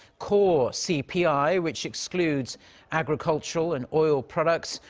core c p i, which excludes agricultural and oil products,